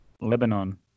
Lebanon